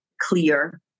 clear